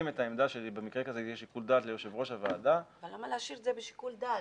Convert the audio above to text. אבל למה להשאיר את זה בשיקול דעת?